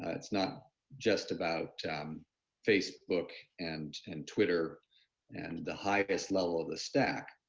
ah it's not just about facebook and and twitter and the highest level of the stack.